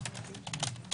ידו.